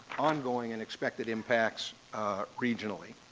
on-going and expected impacts regionally.